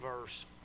verse